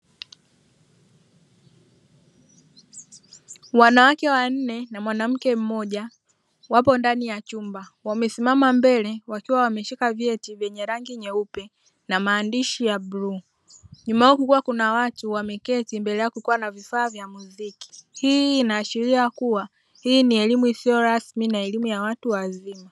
Wanawake wanne na mwanaume mmoja wapo ndani ya chumba wamesimama mbele wakiwa wameshika vyeti vyenye rangi nyeupe na maandishi ya bluu nyuma yao kukiwa kuna watu wameketi mbele yao kukiwa na vifaa vya muziki hii inaashiria kuwa hii ni elimu isiyo rasmi na elimu ya watu wazima.